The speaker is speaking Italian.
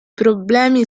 problemi